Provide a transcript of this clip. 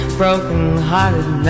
broken-hearted